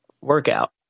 Workout